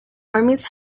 armies